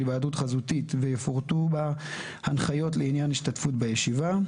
היוועדות חזותית ויפורטו בה הנחיות לעניין השתתפות בישיבה.